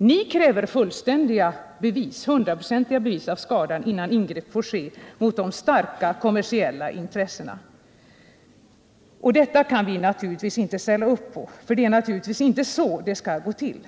Moderaterna kräver fullständiga, hundraprocentiga bevis om skada innan ingrepp får ske mot de starka kommersiella intressena. Detta kan vi inte ställa upp på, för det är naturligtvis inte så det skall gå till.